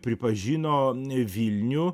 pripažino vilnių